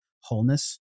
wholeness